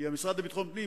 כי המשרד לביטחון פנים,